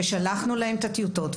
שלחנו להם את הטיוטות,